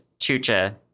chucha